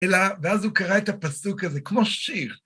ואז הוא קרא את הפסוק הזה כמו שיר.